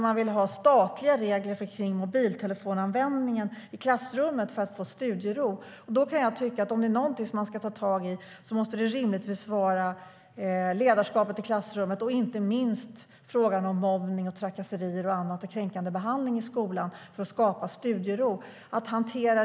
Man vill ha statliga regler kring mobiltelefonanvändningen i klassrummen för att få studiero. Om det är något som man ska ta tag i måste det rimligtvis vara ledarskapet i klassrummet och inte minst frågan om mobbning, trakasserier och annan kränkande behandling i skolan för att skapa studiero.